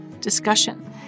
discussion